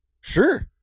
Sure